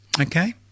Okay